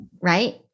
Right